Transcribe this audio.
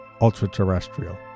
ultra-terrestrial